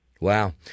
Wow